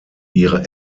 ihre